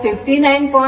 47 ಕೋನ 59